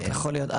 יכול להיות.